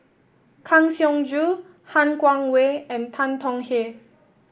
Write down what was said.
Kang Siong Joo Han Guangwei and Tan Tong Hye